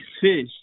fish